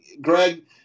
Greg